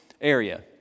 area